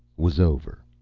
was over.